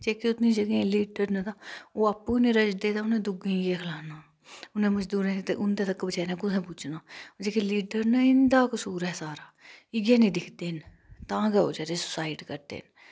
जेह्के उनें जगहें लीडर न ता ओह् गै नी रज़दे ते उनें दुएं केह् खलाना उनें मजदूरैं श ता उन्दै तक कुत्थैै पुज्जना ओह् जेह्के लीडर न इन्दा कसूर ऐ सारा ओह् नी दिखदे न तां गै ओह् सुसाईड करदे न